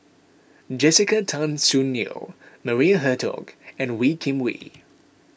Jessica Tan Soon Neo Maria Hertogh and Wee Kim Wee